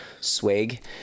swag